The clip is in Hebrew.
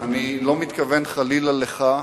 אני לא מתכוון חלילה אליך.